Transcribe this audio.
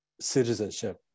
Citizenship